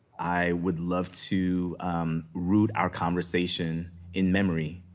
i would love to root our conversation in memory,